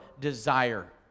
desire